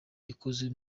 ikoze